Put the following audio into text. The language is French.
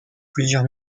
plusieurs